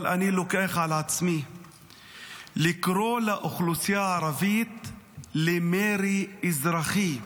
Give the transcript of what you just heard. אבל אני לוקח על עצמי לקרוא לאוכלוסייה הערבית למרי אזרחי.